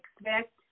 expect